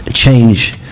change